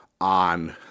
on